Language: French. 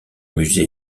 musée